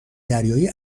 دریایی